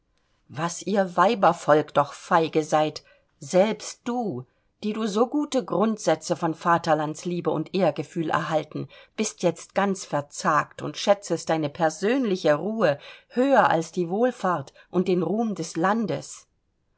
was ihr weibervolk doch feige seid selbst du die du so gute grundsätze von vaterlandsliebe und ehrgefühl erhalten bist jetzt ganz verzagt und schätzest deine persönliche ruhe höher als die wohlfahrt und den ruhm des landes